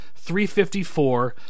354